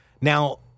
Now